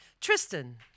Tristan